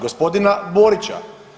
Gospodina Borića.